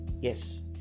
Yes